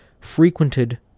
frequented